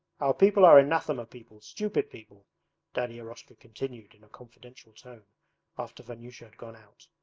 our people are anathema people stupid people daddy eroshka continued in a confidential tone after vanyusha had gone out.